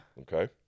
Okay